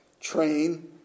Train